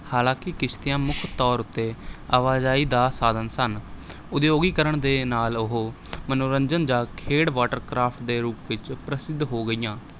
ਹਾਲਾਂਕਿ ਕਿਸ਼ਤੀਆਂ ਮੁੱਖ ਤੌਰ ਉੱਤੇ ਆਵਾਜਾਈ ਦਾ ਸਾਧਨ ਸਨ ਉਦਯੋਗੀਕਰਨ ਦੇ ਨਾਲ ਉਹ ਮਨੋਰੰਜਨ ਜਾਂ ਖੇਡ ਵਾਟਰਕ੍ਰਾਫਟ ਦੇ ਰੂਪ ਵਿੱਚ ਪ੍ਰਸਿੱਧ ਹੋ ਗਈਆਂ